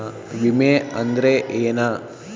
ವಿಮೆ ಅಂದ್ರೆ ಏನ?